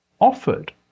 offered